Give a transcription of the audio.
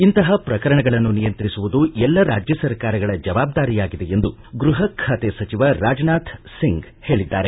ಇಂತಹ ಪ್ರಕರಣಗಳನ್ನು ನಿಯಂತ್ರಿಸುವುದು ಎಲ್ಲ ರಾಜ್ಯ ಸರ್ಕಾರಗಳ ಜವಾಬ್ದಾರಿಯಾಗಿದೆ ಎಂದು ಗೃಹ ಸಚಿವ ರಾಜನಾಥ್ಸಿಂಗ್ ಹೇಳಿದ್ದಾರೆ